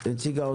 אני הגעתי